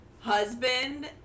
husband